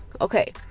Okay